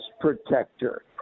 protector